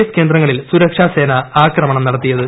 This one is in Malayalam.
എസ് കേന്ദ്രങ്ങളിൽ സുരക്ഷാസേന ആക്രമണം നടത്തിയത്